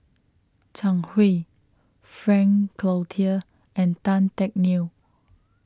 Zhang Hui Frank Cloutier and Tan Teck Neo